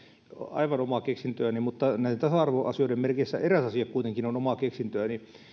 aivan omaa keksintöäni mutta näin tasa arvoasioiden merkeissä eräs asia kuitenkin on omaa keksintöäni